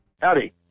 Howdy